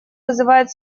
вызывает